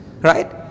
Right